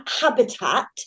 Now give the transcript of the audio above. habitat